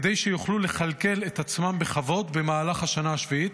כדי שיוכלו לכלכל את עצמם בכבוד במהלך השנה השביעית,